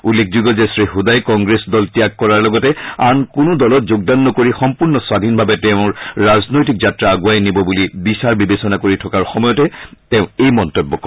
উল্লেখযোগ্য যে শ্ৰী ছদাই কংগ্ৰেছ দল ত্যাগ কৰাৰ লগতে আন কোনো দলত যোগদান নকৰি সম্পূৰ্ণ স্বধীনভাৱে তেওঁৰ ৰাজনৈতিক যাত্ৰা আগুৱাই নিব বুলি বিচাৰ বিবেচনা কৰি থকাৰ সময়তে তেওঁ এই বুলি মন্তব্য কৰে